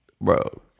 Bro